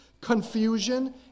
confusion